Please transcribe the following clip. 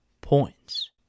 points